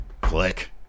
Click